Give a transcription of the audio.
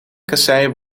kasseien